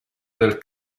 del